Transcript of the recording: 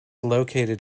located